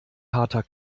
harter